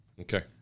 Okay